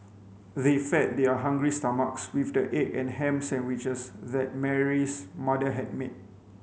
they fed their hungry stomachs with the egg and ham sandwiches that Mary's mother had made